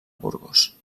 burgos